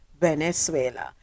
venezuela